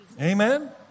Amen